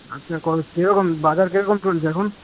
আচ্ছা কী রকম বাজার কী রকম চলছে এখন